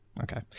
okay